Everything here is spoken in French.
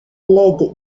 l’aide